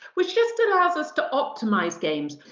which just allows us to optimize games.